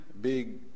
big